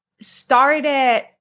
started